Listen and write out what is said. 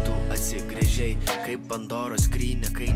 tu atsigręžei kaip pandoros skrynia kai